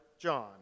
John